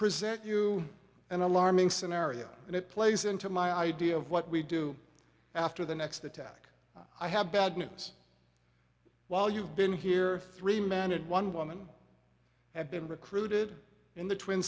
present you an alarming scenario and it plays into my idea of what we do after the next attack i have bad news while you've been here three men and one woman have been recruited in the twin